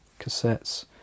cassettes